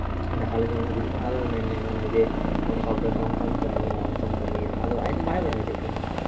ᱫᱟᱠᱟ ᱡᱚᱢ ᱞᱮ ᱫᱩᱲᱩᱵ ᱟᱠᱟᱱᱟ ᱟᱨ ᱢᱮᱱᱟᱞᱮ ᱠᱟᱱᱟᱭ ᱡᱮ ᱱᱚᱝᱠᱟᱢ ᱠᱟᱹᱢᱤᱭᱟ ᱱᱚᱝᱠᱟᱢ ᱠᱟᱹᱢᱤᱭ ᱟᱫᱚ ᱟᱡ ᱫᱚ ᱵᱟᱭ ᱵᱟᱲᱟᱭᱟ ᱪᱮᱫ ᱠᱟᱹᱢᱤ ᱦᱚᱸ